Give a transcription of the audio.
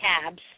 cabs